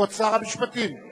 המסייעות בבתי-חולים,